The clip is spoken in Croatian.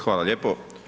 Hvala lijepo.